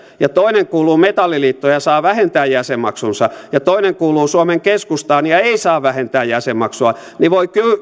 ja toinen kuuluu metalliliittoon ja saa vähentää jäsenmaksunsa ja toinen kuuluu suomen keskustaan ja ei saa vähentää jäsenmaksuaan niin voi